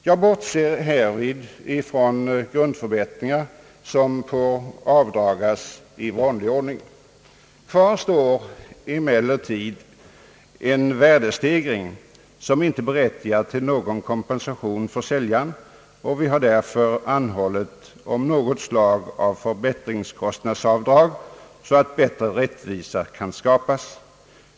Jag bortser härvid från grundförbättringar som får dras av i vanlig ordning. Kvar står emellertid en värdestegring som inte berättigar till någon kompensation för säljaren. Vi har därför anhållit om något slag av förbättringskostnadsavdrag, så att större rättvisa kan uppnås.